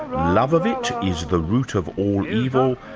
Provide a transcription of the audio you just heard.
love of it is the root of all evil,